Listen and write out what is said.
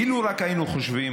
אילו רק היינו חושבים,